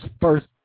first